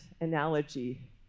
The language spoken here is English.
analogy